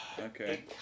Okay